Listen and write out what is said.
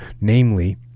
namely